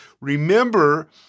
Remember